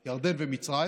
ומצרים,